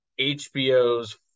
HBO's